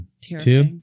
Two